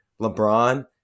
lebron